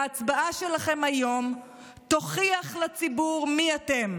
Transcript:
ההצבעה שלכם היום תוכיח לציבור מי אתם,